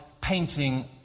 painting